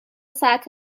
ساعت